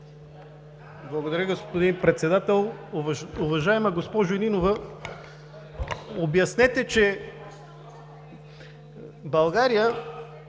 Благодаря, господин Председател! Уважаема госпожо Нинова, обяснете, че България